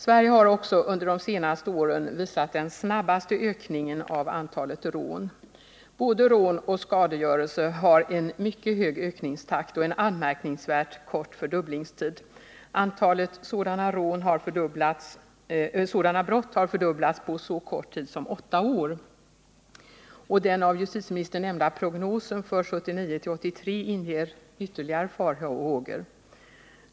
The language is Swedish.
Sverige har också under de senaste åren stått för den snabbaste ökningen av antalet rån. Både rån och skadegörelse har visat en mycket hög ökningstakt och en anmärkningsvärt kort fördubblingstid. Antalet sådana brott har fördubblats på så kort tid som åtta år. Den av justitieministern nämnda prognosen för 1979-1983 inger ytterligare farhågor.